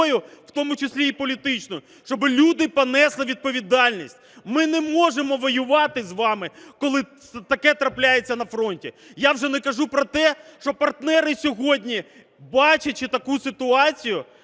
в тому числі і політичним, щоби люди понесли відповідальність. Ми не можемо воювати з вами, коли таке трапляється на фронті. Я вже не кажу про те, що партнери сьогодні, бачачи таку ситуацію,